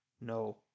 no